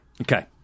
okay